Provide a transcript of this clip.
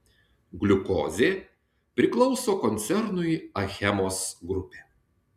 gliukozė priklauso koncernui achemos grupė